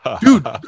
dude